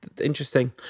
Interesting